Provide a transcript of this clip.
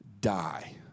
Die